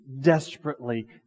desperately